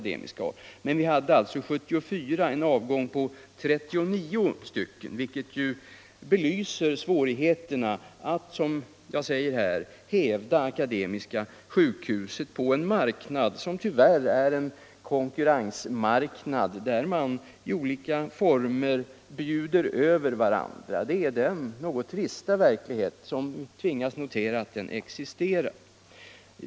Men här hade man alltså 1974 en avgång med 39 läkare. Det belyser svårigheterna att som jag här säger hävda Akademiska sjukhuset på en marknad som tyvärr är en konkurrensmarknad, där parterna i olika former bjuder över varandra. Detta är den något trista verklighet vars existens vi tvingas konstatera.